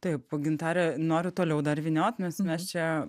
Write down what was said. taip gintare noriu toliau dar vyniot nes mes mes čia